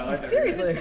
ah seriously. like